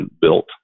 built